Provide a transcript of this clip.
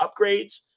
upgrades